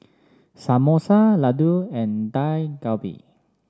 Samosa Ladoo and Dak Galbi